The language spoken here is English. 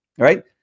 right